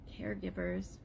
caregivers